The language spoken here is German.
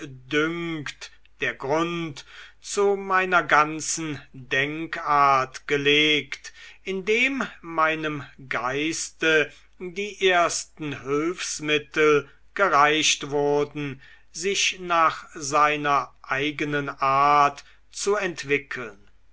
dünkt der grund zu meiner ganzen denkart gelegt indem meinem geiste die ersten hülfsmittel gereicht wurden sich nach seiner eigenen art zu entwickeln